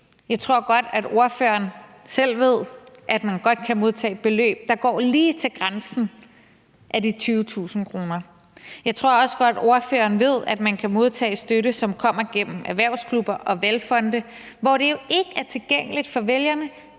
jeg tror godt, ordføreren selv ved, at man godt kan modtage beløb, der går lige til grænsen af de 20.000 kr. Jeg tror også godt, ordføreren ved, at man kan modtage støtte, som kommer igennem erhvervsklubber og valgfonde, hvor det jo ikke er tilgængeligt for vælgerne,